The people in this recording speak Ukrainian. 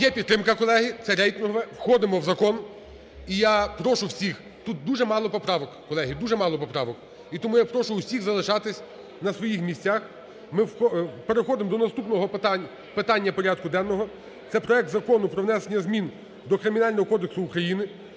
Є підтримка, колеги, це рейтингове, входимо в закон. І я прошу всіх, тут дуже мало поправок, колеги, дуже мало поправок, і тому я прошу усіх залишатись на своїх місцях. Ми переходимо до наступного питання порядку денного. Це проект Закону про внесення змін до Кримінального кодексу України